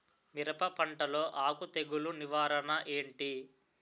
మిరప పంటలో ఆకు తెగులు నివారణ ఏంటి?